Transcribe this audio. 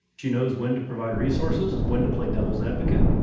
she knows when to provide resources, when to play devil's advocate,